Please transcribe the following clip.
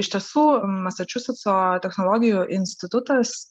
iš tiesų masačusetso technologijų institutas